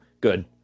Good